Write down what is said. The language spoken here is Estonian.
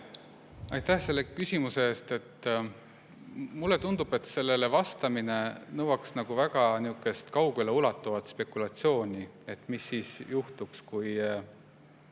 Aitäh selle küsimuse eest! Mulle tundub, et sellele vastamine nõuaks väga kaugeleulatuvat spekulatsiooni, et mis siis juhtuks, kui